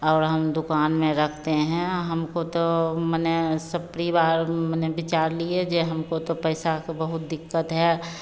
और हम दुक़ान में रखते हैं हमको तो माने सब परिवार माने विचार लिए जो हमको तो पैसे की बहुत दिक्कत है